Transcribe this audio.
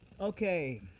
Okay